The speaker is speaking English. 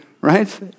right